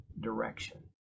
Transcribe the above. direction